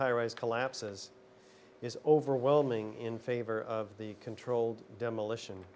highrise collapses is overwhelming in favor of the controlled demolition